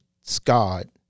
scarred